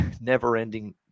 never-ending